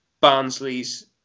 Barnsley's